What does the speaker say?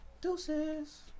Deuces